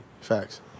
Facts